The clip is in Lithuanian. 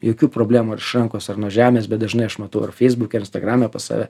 jokių problemų ar iš rankos ar nuo žemės bet dažnai aš matau ar feisbuke instagrame pas save